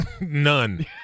None